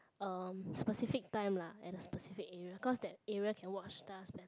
uh specific time lah at a specific area cause that area can watch stars better